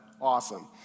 Awesome